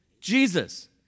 Jesus